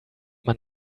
man